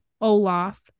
Olaf